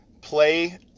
Play